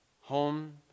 Home